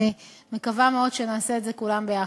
אני מקווה מאוד שנעשה את זה כולם ביחד.